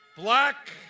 Black